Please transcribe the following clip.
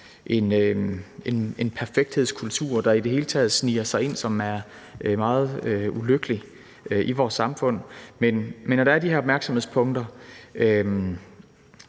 en perfekthedskultur, der i det hele taget sniger sig ind, og som er et meget ulykkeligt fænomen i vores samfund. Men der er de her opmærksomhedspunkter,